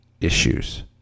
issues